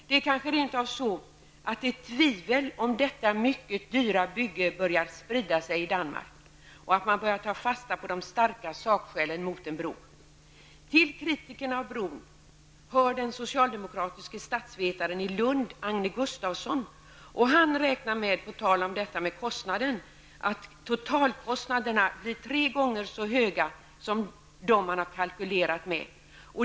Det kanske rent av är så, att det i Danmark börjar spridas ett tvivel om detta dyra bygge och att man börjar ta fasta på de starka sakskälen mot en bro. Till kritikerna av bron hör den socialdemokratiske statsvetaren i Lund, Agne Gustafsson. Han räknar med att totalkostnaderna blir tre gånger så höga som dem man har kalkylerat med.